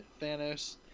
thanos